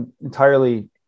entirely